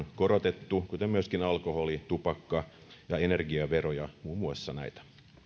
korotettu kuten myöskin alkoholi tupakka ja energiaveroja muun muassa näitä